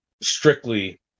strictly